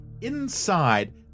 Inside